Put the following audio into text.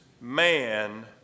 man